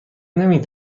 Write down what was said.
نمی